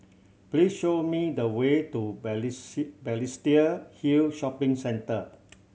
please show me the way to Balestier Hill Shopping Centre